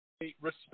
respect